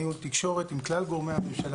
ניהול תקשורת עם כלל גורמי הממשלה